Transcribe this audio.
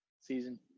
season